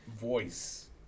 voice